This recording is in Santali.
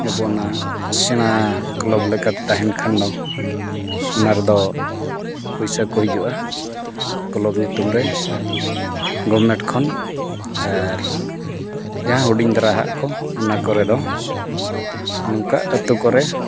ᱟᱵᱚ ᱚᱱᱟ ᱥᱮᱬᱟ ᱠᱞᱟᱵᱽ ᱞᱮᱠᱟᱛᱮ ᱛᱟᱦᱮᱱ ᱠᱷᱟᱱ ᱫᱚ ᱚᱱᱟ ᱨᱮᱫᱚ ᱯᱚᱭᱥᱟ ᱠᱚ ᱦᱤᱡᱩᱜᱼᱟ ᱠᱞᱟᱵᱽ ᱧᱩᱛᱩᱢ ᱨᱮ ᱜᱚᱵᱷᱚᱨᱢᱮᱱᱴ ᱠᱷᱚᱱ ᱟᱨ ᱡᱟᱦᱟᱸ ᱦᱩᱰᱤᱧ ᱫᱷᱟᱨᱟ ᱟᱜ ᱠᱚ ᱚᱱᱟ ᱠᱚᱨᱮ ᱫᱚ ᱱᱚᱝᱠᱟ ᱟᱹᱛᱩ ᱠᱚᱨᱮ